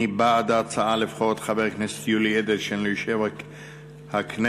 מי בעד ההצעה לבחור בחבר הכנסת יולי אדלשטיין ליושב-ראש הכנסת?